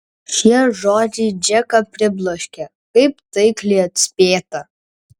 šie žodžiai džeką pribloškė kaip taikliai atspėta